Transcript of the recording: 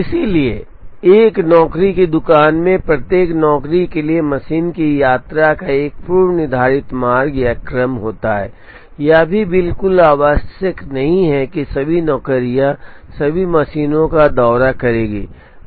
इसलिए एक नौकरी की दुकान में प्रत्येक नौकरी के लिए मशीन की यात्रा का एक पूर्व निर्धारित मार्ग या क्रम होता है यह भी बिल्कुल आवश्यक नहीं है कि सभी नौकरियां सभी मशीनों का दौरा करेंगी